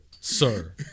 sir